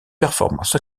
performances